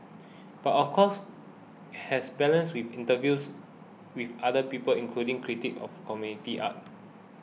but of course has balanced with interviews with other people including critics of community art